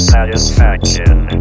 Satisfaction